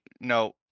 no